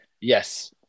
Yes